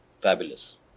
fabulous